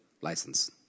license